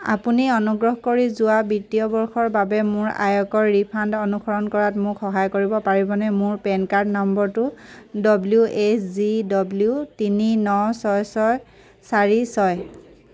আপুনি অনুগ্ৰহ কৰি যোৱা বিত্তীয় বৰ্ষৰ বাবে মোৰ আয়কৰ ৰিফাণ্ড অনুসৰণ কৰাত মোক সহায় কৰিব পাৰিবনে মোৰ পেন কাৰ্ড নম্বৰটো ডব্লিউ এইচ জি ডব্লিউ তিনি ন ছয় ছয় চাৰি ছয়